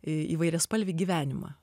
į įvairiaspalvį gyvenimą